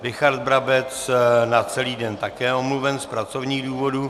Richard Brabec na celý den také omluven z pracovních důvodů.